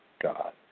God